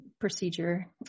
procedure